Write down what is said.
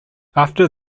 after